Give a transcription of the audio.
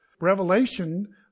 Revelation